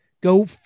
Go